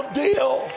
deal